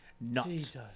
nuts